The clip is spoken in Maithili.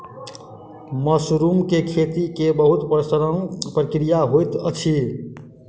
मशरूम के खेती के बहुत प्रसंस्करण प्रक्रिया होइत अछि